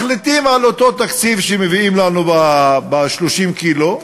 מחליטים על אותו תקציב שמביאים לנו ב-30 קילו,